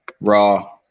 Raw